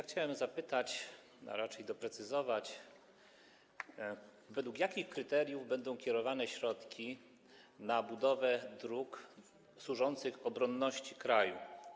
Chciałbym zapytać, a raczej doprecyzować, według jakich kryteriów będą kierowane środki na budowę dróg służących obronności kraju.